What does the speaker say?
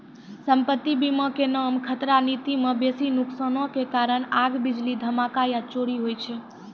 सम्पति बीमा के नाम खतरा नीति मे बेसी नुकसानो के कारण आग, बिजली, धमाका या चोरी होय छै